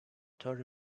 thirty